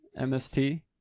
MST